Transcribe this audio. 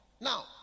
Now